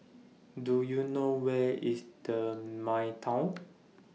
Do YOU know Where IS The Midtown